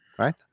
Right